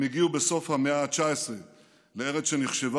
הם הגיעו בסוף המאה ה-19 לארץ שנחשבה